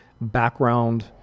background